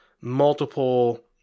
multiple